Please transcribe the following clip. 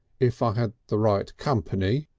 if i had the right company,